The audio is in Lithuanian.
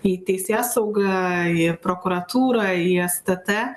į teisėsaugą į prokuratūrą į stt